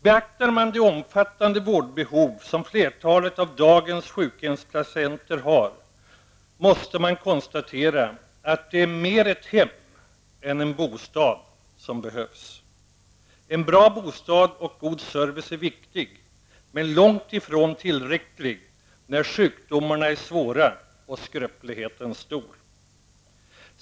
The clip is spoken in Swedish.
Beaktar man de omfattande vårdbehov som flertalet av dagens sjukhemspatienter har, måste man konstatera att det är mer ett hem än en bostad som behövs. En bra bostad och god service är viktiga, men det är långt ifrån tillräckligt när sjukdomarna är svåra och skröpligheten stor.